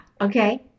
Okay